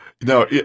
No